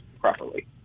properly